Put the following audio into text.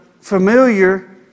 familiar